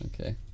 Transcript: Okay